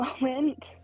moment